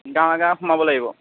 গাঁৱে গাঁৱে সোমাব লাগিব